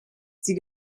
sie